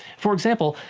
for example,